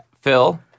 Phil